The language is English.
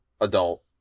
adult